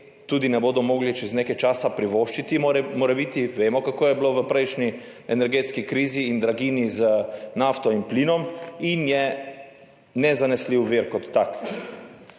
tudi ne bodo mogli čez nekaj časa morebiti privoščiti, vemo, kako je bilo v prejšnji energetski krizi in draginji z nafto in plinom, in je nezanesljiv vir kot tak.